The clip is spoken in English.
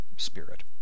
spirit